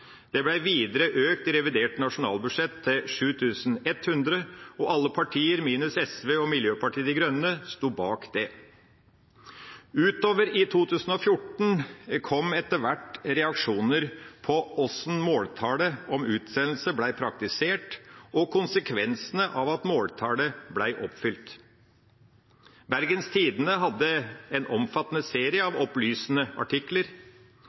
og alle partier, minus SV og Miljøpartiet De Grønne, sto bak det. Utover i 2014 kom etter hvert reaksjoner på hvordan måltallet om utsendelse ble praktisert og på konsekvensene av at måltallet ble oppfylt. Bergens Tidende hadde en omfattende serie av opplysende artikler,